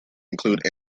include